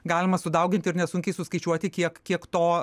galima sudauginti ir nesunkiai suskaičiuoti kiek kiek to